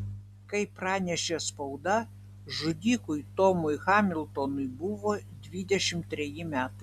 kaip pranešė spauda žudikui tomui hamiltonui buvo dvidešimt treji metai